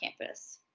campus